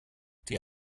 die